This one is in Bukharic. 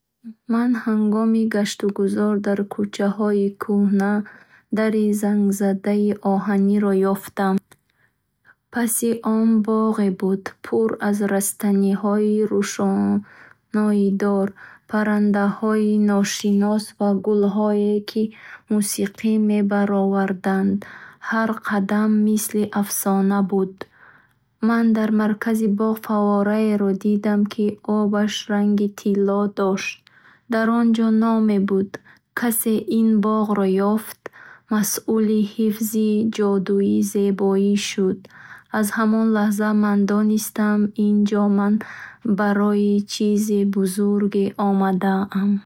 Ман ҳангоми гаштугузор дар кӯчаҳои кӯҳна, дари зангзадаи оҳанинро ёфтам. Паси он боғе буд, пур аз растаниҳои рӯшноидор, паррандаҳои ношинос ва гулҳое, ки мусиқӣ мебароварданд. Ҳар қадам мисли афсона буд. Ман дар маркази боғ фаввораеро дидам, ки обаш ранги тило дошт. Дар он ҷо номае буд: «Касе, ки ин боғро ёфт, масъули ҳифзи ҷодуи зебоӣ шуд». Аз ҳамон лаҳза, ман донистам ин ҷо ман барои чизи бузург омадаам.